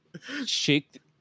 Shake